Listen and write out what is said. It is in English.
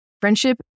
Friendship